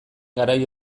garai